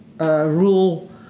rule